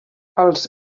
els